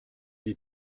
die